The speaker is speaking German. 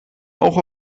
auch